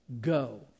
go